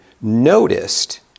noticed